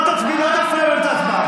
אתה לא תפריע באמצע הצבעה.